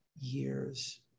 years